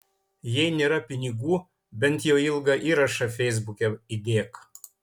jei nėra pinigų bent jau ilgą įrašą feisbuke įdėk